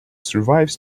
survives